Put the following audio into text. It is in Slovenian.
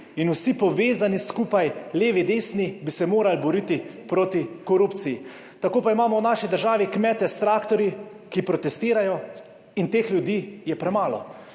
in vsi povezani skupaj, levi, desni, bi se morali boriti proti korupciji. Tako pa imamo v naši državi kmete s traktorji, ki protestirajo in teh ljudi je premalo.